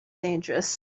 dangerous